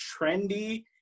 trendy